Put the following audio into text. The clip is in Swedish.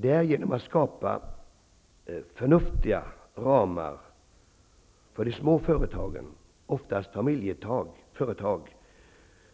Det är genom att skapa förnuftiga ramar för de små företagen, oftast familjeföretag,